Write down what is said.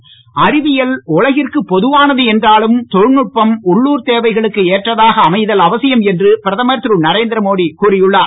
மீண்டும் தலைப்புச் செய்திகள் அறிவியல் உலகிற்கு பொதுவானது என்றாலும் தொழில்நுட்பம் உள்ளூர் தேவைகளுக்கு ஏற்றதாக அமைதல் அவசியம் என்று பிரதமர் திரு நரேந்திர மோடி கூறியுள்ளார்